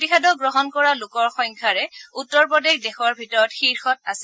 প্ৰতিষেধক গ্ৰহণ কৰা লোকৰ সংখ্যাৰে উত্তৰ প্ৰদেশ দেশৰ ভিতৰত শীৰ্ষত আছে